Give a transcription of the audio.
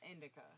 indica